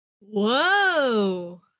Whoa